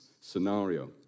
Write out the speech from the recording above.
scenario